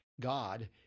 God